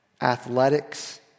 athletics